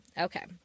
Okay